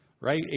right